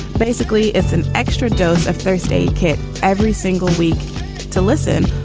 basically it's an extra dose of first aid kit every single week to listen.